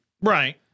right